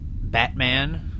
Batman